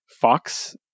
fox